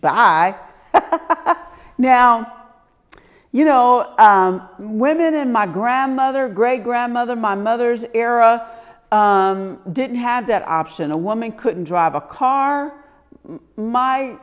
by now you know women and my grandmother great grandmother my mother's era didn't have that option a woman couldn't drive a car my